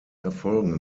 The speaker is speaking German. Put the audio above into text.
erfolgen